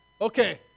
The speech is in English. Okay